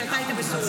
כשאתה היית בסוריה.